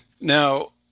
Now